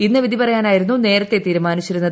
ഇന്ന് വിധി പറയാനായിരുന്നു നേരത്തെ തീരുമാനിച്ചിരുന്നത്